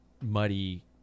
muddy